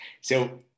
So-